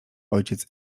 ojciec